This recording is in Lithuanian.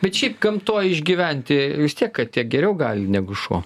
bet šiaip gamtoj išgyventi vis tiek katė geriau gali negu šuo